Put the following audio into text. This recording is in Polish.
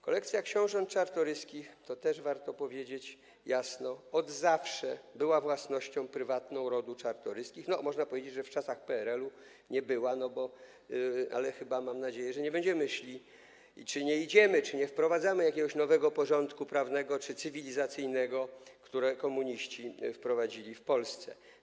Kolekcja książąt Czartoryskich, to też warto powiedzieć jasno, od zawsze była własnością prywatną rodu Czartoryskich; no można powiedzieć, że w czasach PRL-u nie była, ale mam nadzieję, że nie będziemy szli czy nie idziemy w takim kierunku, nie wprowadzamy jakiegoś nowego porządku prawnego czy cywilizacyjnego - jak ten, który komuniści wprowadzili w Polsce.